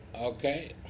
Okay